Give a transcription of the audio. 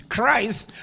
Christ